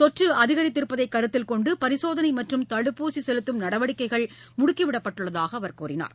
தொற்று அதிகரித்திருப்பதை கருத்தில்கொண்டு பரிசோதனை மற்றும் தடுப்பூசி செலுத்தம் நடவடிக்கைகள் முடுக்கி விடப்பட்டுள்ளதாக அவர் கூறினார்